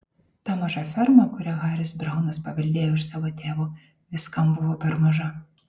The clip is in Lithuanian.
ta maža ferma kurią haris braunas paveldėjo iš savo tėvo viskam buvo per maža